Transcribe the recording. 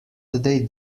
they